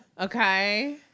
Okay